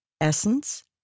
essence